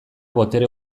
botere